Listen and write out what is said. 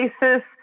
basis